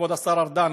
כבוד השר ארדן,